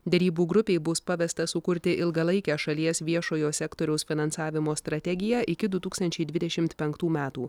derybų grupei bus pavesta sukurti ilgalaikę šalies viešojo sektoriaus finansavimo strategiją iki du tūkstančiai dvidešimt penktų metų